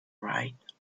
right